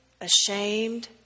ashamed